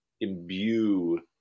imbue